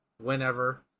whenever